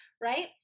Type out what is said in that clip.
right